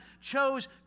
chose